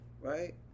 Right